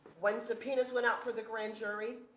when subpoenas went out for the grand jury,